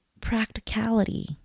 practicality